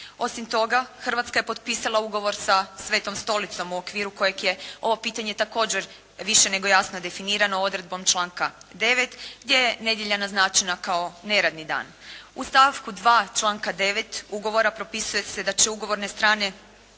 Osim toga, Hrvatska je potpisala ugovor sa svetom stolicom u okviru kojeg je, ovo pitanje je također više nego jasno definirano odredbom članka 9. gdje je nedjelja naznačena kao neradni dan. U stavku 2. članka 9. ugovora propisuje se da će ugovorne strane